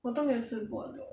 我都没有吃过的